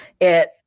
it-